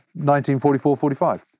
1944-45